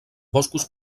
boscos